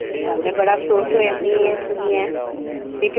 ठीक ऐ बड़ा अफ़सोस होएआ मी एह् सुनियै